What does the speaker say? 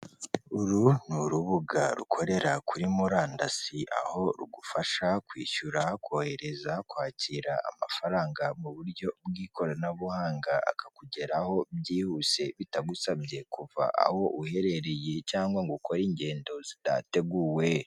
Uru ni urubuga rukorera kuri murandasi, aho rugufasha kwishyura, kohereza, kwakira amafaranga mu buryo bw'ikoranabuhanga, akakugeraho byihuse bitagusabye kuva aho uherereye cyangwa ngo ukore ingendo zidateguwe.